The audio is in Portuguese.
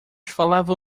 falavam